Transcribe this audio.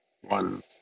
one